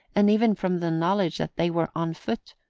and even from the knowledge that they were on foot,